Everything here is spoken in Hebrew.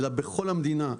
אלא בכל המדינה,